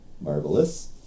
Marvelous